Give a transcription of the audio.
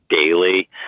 daily